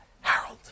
Harold